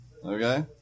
Okay